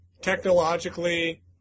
technologically